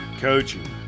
coaching